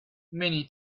many